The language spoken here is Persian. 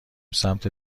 سمت